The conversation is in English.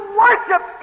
worship